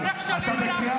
אני אטיף לך מוסר ועוד איך.